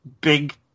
big